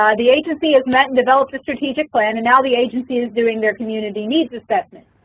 um the agency has met and developed a strategic plan and now the agency is doing their community needs assessment.